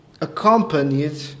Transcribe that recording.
Accompanied